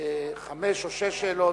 לחמש או שש שאלות.